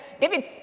David